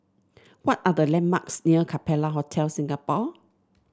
what are the landmarks near Capella Hotel Singapore